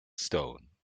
stone